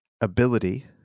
ability